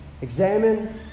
Examine